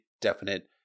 definite